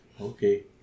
Okay